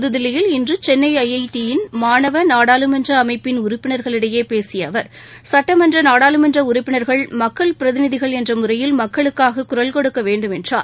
புதுதில்லியில் இன்று சென்னை ஐடியின் மாணவ நாடாளுமன்ற அமைப்பின் உறுப்பினர்களிடையே பேசிய அவர் சட்டமன்ற நாடாளுமன்ற உறுப்பினர்கள் மக்கள் பிரதிநிதிகள் என்ற முறையில் மக்களுக்காக குரல்கொடுக்கவேண்டும் என்றார்